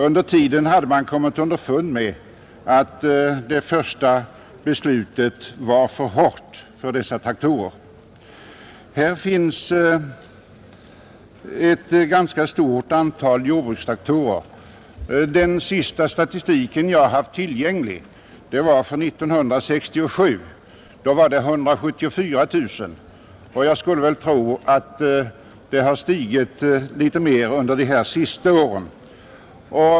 Under tiden hade man kommit underfund med att första beslutet var för hårt för dessa traktorer. Det finns ett ganska stort antal jordbrukstraktorer. Den senaste statistik jag haft tillgänglig är för 1967. Då var antalet 174 000 och jag skulle tro att det har stigit något under de senaste åren.